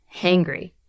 hangry